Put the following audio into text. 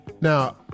Now